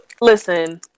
listen